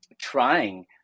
trying